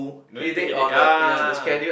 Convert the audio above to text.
no need to headaches yea